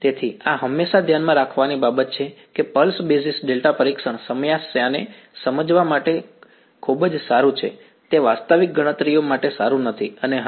તેથી આ હંમેશા ધ્યાનમાં રાખવાની બાબત છે કે પલ્સ બેઝિસ ડેલ્ટા પરીક્ષણ સમસ્યાને સમજવા માટે ખૂબ જ સારું છે તે વાસ્તવિક ગણતરીઓ માટે સારું નથી અને હા